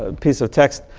ah piece of text.